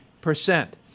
percent